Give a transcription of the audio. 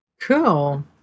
Cool